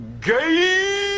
Gay